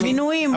מינויים.